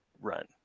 run